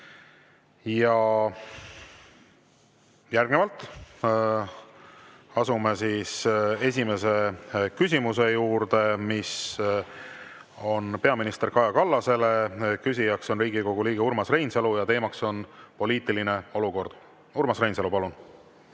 Järgnevalt asume esimese küsimuse juurde, mis on peaminister Kaja Kallasele. Küsija on Riigikogu liige Urmas Reinsalu ja teema on poliitiline olukord. Urmas Reinsalu, palun!